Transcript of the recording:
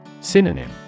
Synonym